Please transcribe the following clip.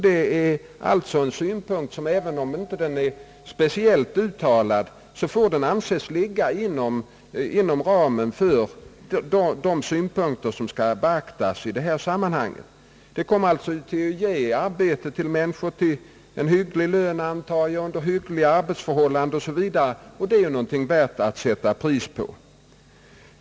Det är alltså en synpunkt som — även om den inte är speciellt uttalad — får anses ligga inom ramen för de synpunkter som skall beaktas i detta sammanhang. Det kommer alltså att bli arbete åt människor till en hygglig lön och under hyggliga arbetsförhållanden osv., och det är något som är värt att sätta pris på.